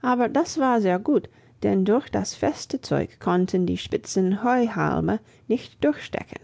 aber das war sehr gut denn durch das feste zeug konnten die spitzen heuhalme nicht durchstechen